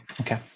Okay